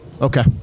Okay